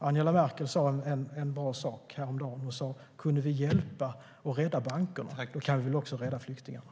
Angela Merkel sa en bra sak häromdagen: Kunde vi hjälpa till att rädda bankerna kan vi väl också rädda flyktingarna.